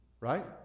right